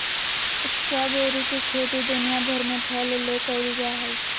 strawberry के खेती दुनिया भर में फल ले कइल जा हइ